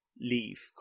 leave